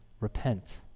repent